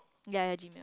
ya ya gym